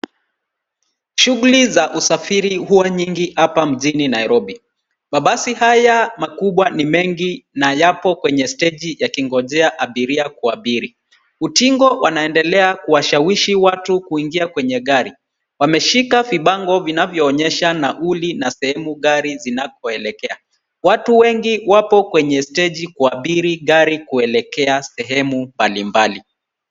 Shughuli za kusafiri huwa nyingi hapa mjini Nairobi. Mabasi haya makubwa ni mengi na yapo kwenye steji yakingojea abiria kuabiri. Utingo wanaendelea kuwashawishi watu kuingia kwenye gari. Wameshika vibango vinavyoonyesha nauli na sehemu gari zinapoelekea. Watu wengi wapo kwenye steji kuabiri gari kueleka sehemu mbalimbali.